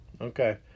okay